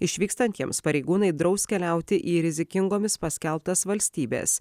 išvykstantiems pareigūnai draus keliauti į rizikingomis paskelbtas valstybes